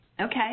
okay